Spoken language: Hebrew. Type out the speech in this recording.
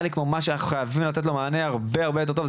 לי כמו משהו שאנחנו חייבים לתת לו מענה הרבה יותר טוב.